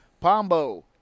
Pombo